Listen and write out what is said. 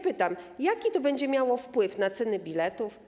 Pytam: Jaki to będzie miało wpływ na ceny biletów?